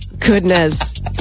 goodness